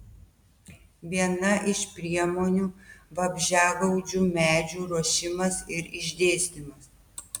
viena iš priemonių vabzdžiagaudžių medžių ruošimas ir išdėstymas